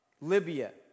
Libya